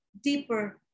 deeper